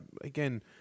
Again